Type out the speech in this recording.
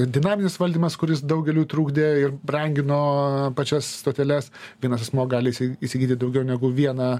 ir dinaminis valdymas kuris daugeliui trukdė ir brangino pačias stoteles vienas asmuo gali įsigyti daugiau negu vieną